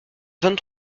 vingt